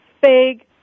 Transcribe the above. big